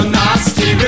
nasty